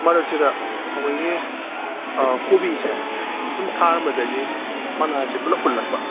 ꯃꯔꯛꯁꯤꯗ ꯑꯩꯈꯣꯏꯒꯤ ꯀꯣꯕꯤꯁꯦ ꯐꯨꯟ ꯊꯥꯔꯝꯕꯗꯒꯤ ꯃꯅꯥꯁꯤ ꯄꯨꯂꯞ ꯍꯨꯜꯂꯛꯄ